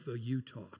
Utah